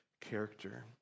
character